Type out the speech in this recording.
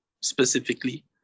specifically